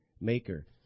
maker